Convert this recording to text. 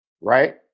Right